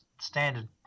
standard